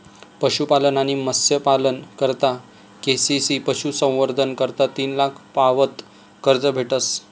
पशुपालन आणि मत्स्यपालना करता के.सी.सी पशुसंवर्धन करता तीन लाख पावत कर्ज भेटस